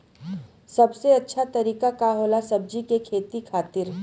सबसे अच्छा तरीका का होला सब्जी के खेती खातिर?